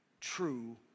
true